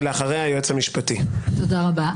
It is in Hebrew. תודה רבה.